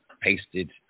pasted